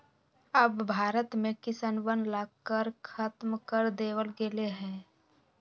अब भारत में किसनवन ला कर खत्म कर देवल गेले है